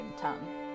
tongue